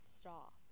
stop